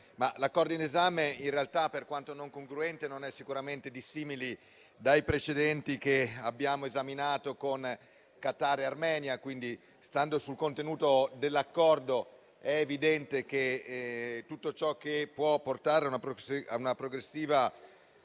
l'Accordo in esame in realtà, per quanto non congruente, non è sicuramente dissimile dai precedenti che abbiamo esaminato con Qatar e Armenia. Quindi, stando sul contenuto dell'Accordo, è evidente che tutto ciò che può portare a una progressiva